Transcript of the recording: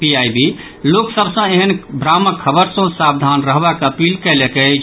PIB लोक सभ सँ एहेन भ्रामक खबर सँ सावधान रहबाक अपील कयलक अछि